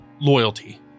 loyalty